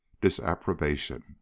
disapprobation